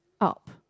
up